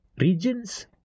regions